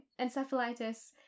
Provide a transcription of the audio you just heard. encephalitis